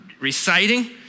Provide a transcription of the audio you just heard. reciting